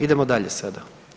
Idemo dalje sada.